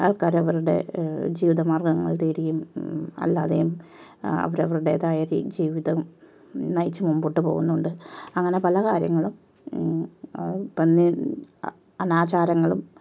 ആൾക്കാര് അവരുടെ ജീവിതമാർഗങ്ങൾ തേടിയും അല്ലാതെയും അവരവരുടെതായ രീതിയിൽ ജീവിതം നയിച്ചു മുന്നോട്ടുപോകുന്നുണ്ട് അങ്ങനെ പലകാര്യങ്ങളും പണ്ടേ അനാചാരങ്ങളും